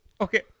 Okay